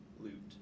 loot